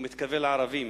הוא מתכוון לערבים.